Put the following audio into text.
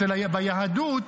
ביהדות,